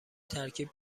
ترکیب